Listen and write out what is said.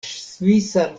svisa